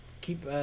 keep